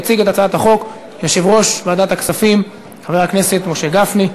יציג את הצעת החוק יושב-ראש ועדת הכספים חבר הכנסת משה גפני.